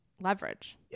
leverage